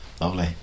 lovely